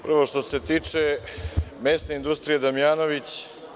Prvo, što se tiče mesne industrije „Damjanović“